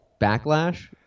backlash